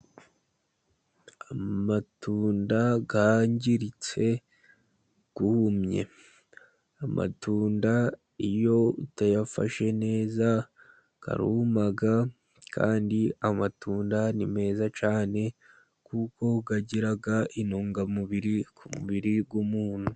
Amatunda yangiritse yumye. Amatunda iyo utayafashe neza aruma, kandi amatunda ni meza cyane kuko agira intungamubiri ku mubiri w' umuntu.